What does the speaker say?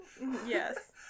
Yes